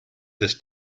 this